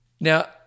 Now